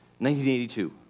1982